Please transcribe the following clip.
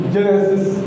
Genesis